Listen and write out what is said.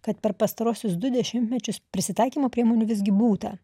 kad per pastaruosius du dešimtmečius prisitaikymo priemonių visgi būta